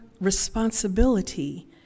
responsibility